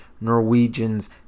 Norwegians